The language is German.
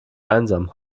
einsam